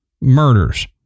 murders